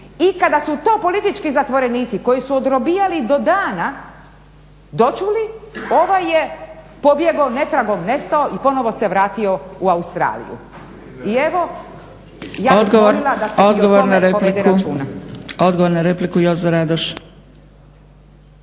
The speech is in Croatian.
I kada su to politički zatvorenici koji su odrobijali do dana dočuli ovaj je pobjegao, netragom nestao i ponovo se vratio u Australiju. I evo ja bih volila da se i o tome povede računa. **Zgrebec, Dragica